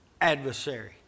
adversary